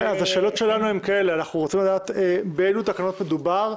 השאלות שלנו הן כאלה: אנחנו רוצים לדעת באילו תקנות מדובר,